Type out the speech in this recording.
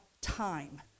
time